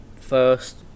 first